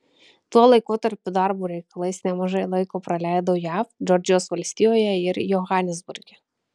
tuo laikotarpiu darbo reikalais nemažai laiko praleido jav džordžijos valstijoje ir johanesburge